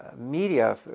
media